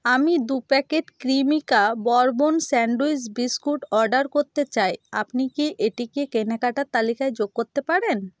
আমি দু packet Cremica bourbon sandwich biscuit order করতে চাই আপনি কি এটিকে কেনাকাটার তালিকায় যোগ করতে পারেন